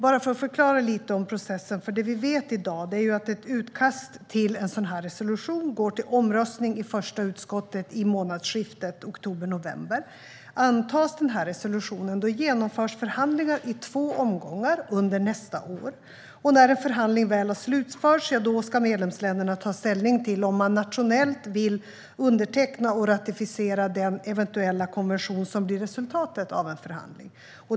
Jag ska förklara lite om processen. Det vi vet i dag är att ett utkast till resolution går till omröstning i första utskottet i månadsskiftet oktober/november. Antas resolutionen genomförs förhandlingar i två omgångar under nästa år. När en förhandling väl har slutförts ska medlemsländerna ta ställning till om de nationellt vill underteckna och ratificera den eventuella konvention som blir resultatet av en förhandling.